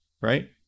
right